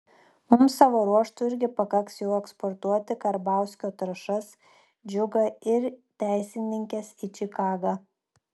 mums savo ruožtu irgi pakaks jau eksportuoti karbauskio trąšas džiugą ir teisininkes į čikagą